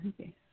Okay